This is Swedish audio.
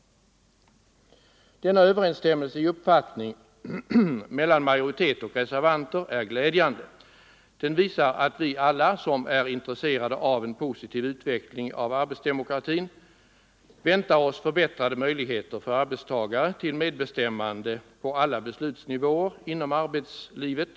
Denna överensstämmelse i uppfattning mellan majoritet och reservanter är glädjande. Den visar att vi alla som är intresserade av en positiv utveckling av arbetsdemokratin, väntar oss förbättrade möjligheter för arbetstagare till medbestämmande på alla beslutsnivåer inom arbetslivet.